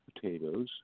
potatoes